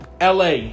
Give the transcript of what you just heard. LA